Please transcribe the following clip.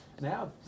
Now